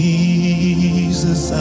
Jesus